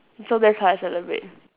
so that's how I celebrate